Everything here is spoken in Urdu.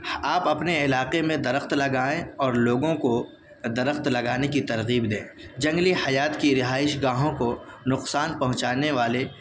آپ اپنے علاقے میں درخت لگائیں اور لوگوں کو درخت لگانے کی ترغیب دیں جنگلی حیات کی رہائش گاہوں کو نقصان پہنچانے والے